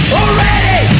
already